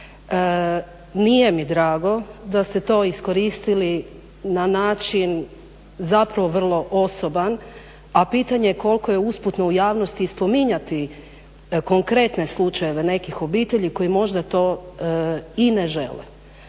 Nije mi drago da ste to iskoristili na način, zapravo vrlo osoban, a pitanje koliko je usputno u javnosti i spominjati konkretne slučajeve nekih obitelji koji možda to i ne žele.